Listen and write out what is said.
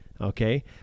Okay